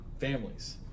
families